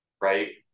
Right